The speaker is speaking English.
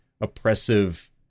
oppressive